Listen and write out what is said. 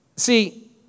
See